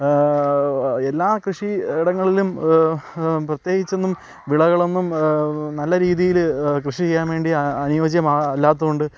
എല്ലാ കൃഷി ഇടങ്ങളിലും പ്രത്യകിച്ചൊന്നും വിളകളൊന്നും നല്ല രീതിയിൽ കൃഷി ചെയ്യാൻ വേണ്ടി ആ അനുയോജ്യം അല്ലാത്തതുകൊണ്ട്